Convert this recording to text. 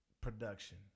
production